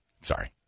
Sorry